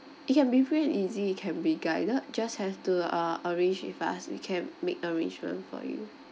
it can be free and easy it can be guided just have to uh arrange with us we can make arrangement for you